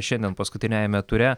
šiandien paskutiniajame ture